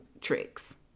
tricks